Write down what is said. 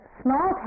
small